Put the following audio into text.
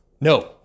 no